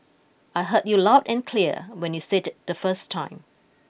I heard you loud and clear when you said it the first time